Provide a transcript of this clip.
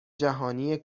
جهانی